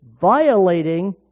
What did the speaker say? violating